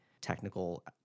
technical